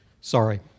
Sorry